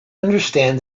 understand